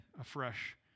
afresh